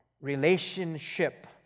relationship